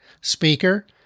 speaker